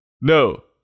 No